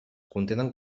contenen